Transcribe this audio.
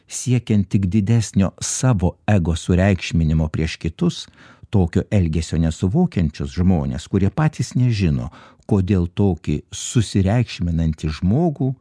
siekiant tik didesnio savo ego sureikšminimo prieš kitus tokio elgesio nesuvokiančius žmones kurie patys nežino kodėl tokį susireikšminantį žmogų